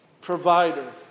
provider